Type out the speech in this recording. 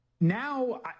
now